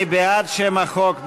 מי בעד שם החוק?